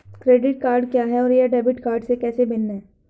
Credit card क्या है और यह डेबिट कार्ड से कैसे भिन्न है?